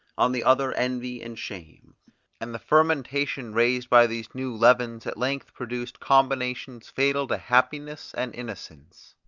on the other envy and shame and the fermentation raised by these new leavens at length produced combinations fatal to happiness and innocence.